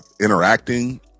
interacting